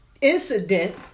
incident